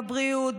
בבריאות,